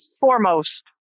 foremost